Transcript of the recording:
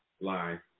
Line